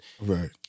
Right